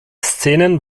szenen